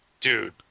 Dude